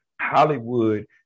Hollywood